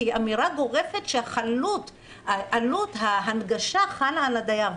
כי היא אמירה גורפת שעלות ההנגשה חלה על הדייר.